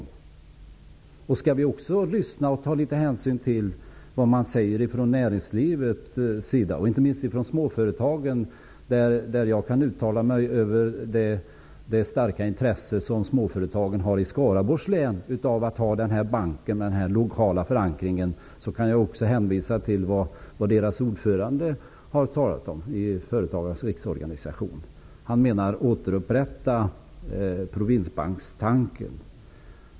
Skall vi inte också lyssna på och ta litet hänsyn till vad man säger inom näringslivet, inte minst inom småföretagen? Jag vet att småföretagen i Skaraborgs län har ett starkt intresse av att ha en bank med lokal förankring, och jag kan också hänvisa till vad ordföranden i Företagarnas riksorganisation har sagt, nämligen att vi bör återupprätta provinsbankstanken.